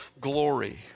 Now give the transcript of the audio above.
glory